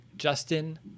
Justin